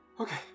Okay